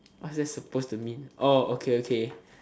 what's that supposed to mean oh okay okay